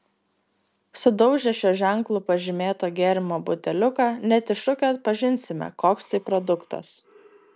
sudaužę šiuo ženklu pažymėto gėrimo buteliuką net iš šukių atpažinsime koks tai produktas